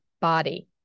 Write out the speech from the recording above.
body